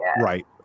right